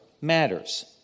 matters